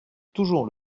toujours